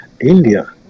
India